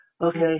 okay